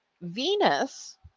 Venus